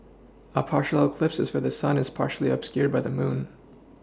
a partial eclipse is where the sun is partially obscured by the moon